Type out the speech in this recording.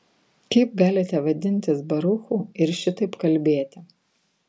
kaip galite vadintis baruchu ir šitaip kalbėti